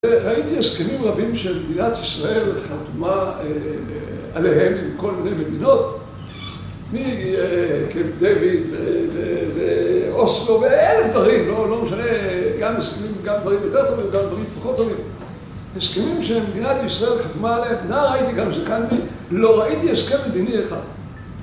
ראיתי הסכמים רבים שלמדינת ישראל חתומה עליהם עם כל מיני מדינות מקמפ דויד ואוסלו ואלף דברים, לא משנה, גם הסכמים, גם דברים יותר טובים, גם דברים פחות טובים הסכמים שמדינת ישראל חתומה עליהם, נע ראיתי גם שקנתי, לא ראיתי הסכם מדיני אחד